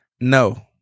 No